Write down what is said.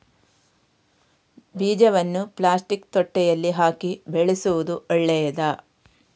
ಬೀಜವನ್ನು ಪ್ಲಾಸ್ಟಿಕ್ ತೊಟ್ಟೆಯಲ್ಲಿ ಹಾಕಿ ಬೆಳೆಸುವುದು ಒಳ್ಳೆಯದಾ?